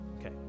Okay